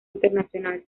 internacional